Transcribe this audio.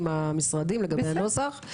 להסכמות לגבי הנוסח עם המשרדים.